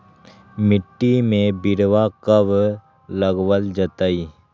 मिट्टी में बिरवा कब लगवल जयतई?